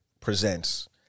presents